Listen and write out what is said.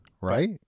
right